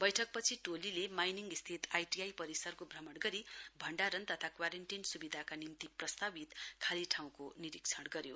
बैठकपछि टोलीले माइनिङ स्थित आइटीआइ परिसरको भ्रमण गरी भण्डारण तथा क्यारेन्टीन सुविधाका निम्ति प्रस्तावित खाली ठाउँको निरीक्षण गर्नुभयो